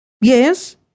Yes